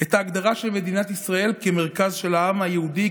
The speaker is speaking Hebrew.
את ההגדרה של מדינת ישראל כמרכז של העם היהודי,